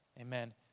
Amen